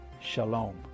Shalom